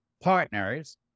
partners